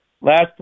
last